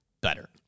better